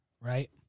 Right